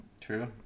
True